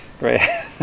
right